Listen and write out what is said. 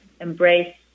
embrace